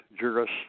Juris